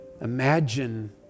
imagine